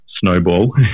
snowball